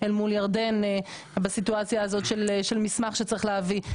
אל מול ירדן בסיטואציה הזאת של מסמך שצריך להביא.